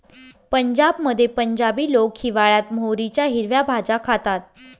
पंजाबमध्ये पंजाबी लोक हिवाळयात मोहरीच्या हिरव्या भाज्या खातात